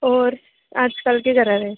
होर अज्जकल केह् करा दे